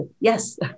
Yes